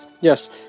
Yes